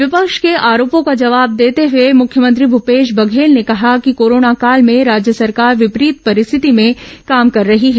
विपक्ष के आरोपों का जवाब देते हुए मुख्यमंत्री भूपेश बघेल ने कहा कि कोरोना काल में राज्य सरकार विपरीत परिस्थिति में काम कर रही है